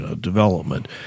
development